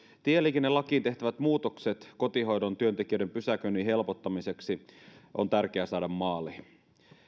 tieliikennelakiin tehtävät muutokset kotihoidon työntekijöiden pysäköinnin helpottamiseksi on tärkeä saada maaliin